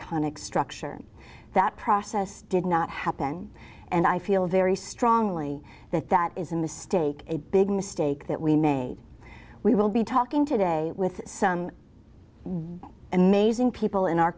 conic structure that process did not happen and i feel very strongly that that is a mistake a big mistake that we made we will be talking today with some amazing people in our